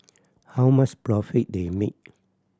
how much profit they make